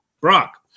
Brock